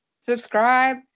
Subscribe